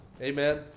Amen